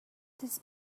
this